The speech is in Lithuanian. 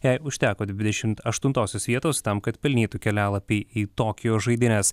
jai užteko dvidešim aštuntosios vietos tam kad pelnytų kelialapį į tokijo žaidynes